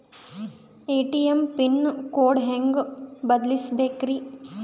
ATM pin code ಹೆಂಗ್ ಬದಲ್ಸ್ಬೇಕ್ರಿ?